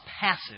passive